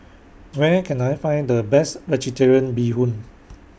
Where Can I Find The Best Vegetarian Bee Hoon